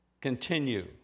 continue